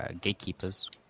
gatekeepers